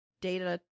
data